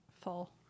full